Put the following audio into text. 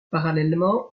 parallèlement